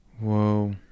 Whoa